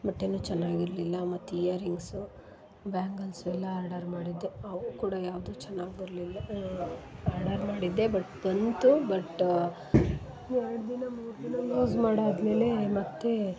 ಬಟ್ಟೆಯೂ ಚೆನ್ನಾಗಿರ್ಲಿಲ್ಲ ಮತ್ತು earrings bangles ಎಲ್ಲ ಆರ್ಡರ್ ಮಾಡಿದ್ದೆ ಅವು ಕೂಡ ಯಾವುದೂ ಚೆನ್ನಾಗಿ ಬರಲಿಲ್ಲ ಆರ್ಡರ್ ಮಾಡಿದ್ದೆ ಬಟ್ ಬಂತು ಬಟ್ ಎರಡು ದಿನ ಮೂರು ದಿನ ಯೂಸ್ ಮಾಡಾದಮೇಲೆ ಮತ್ತೆ